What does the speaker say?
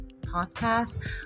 podcast